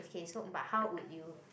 k so but how would you